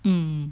mm